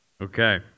Okay